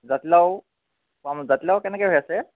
জাতিলাও পাম জাতিলাও কেনেকৈ হৈ আছে